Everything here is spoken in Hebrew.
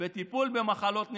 בטיפול במחלות נדירות.